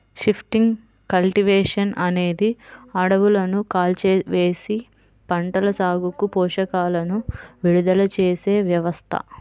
shifting cultivation అనేది అడవులను కాల్చివేసి, పంటల సాగుకు పోషకాలను విడుదల చేసే వ్యవస్థ